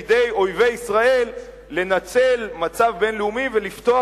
בידי אויבי ישראל לנצל מצב בין-לאומי ולפתוח